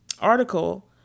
article